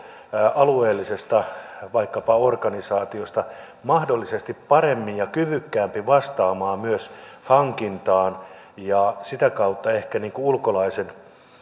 alueellisesta organisaatiosta mahdollisesti parempi ja kyvykkäämpi vastaamaan myös hankintaan ja sitä kautta ehkä ulkolaisen